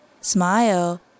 Smile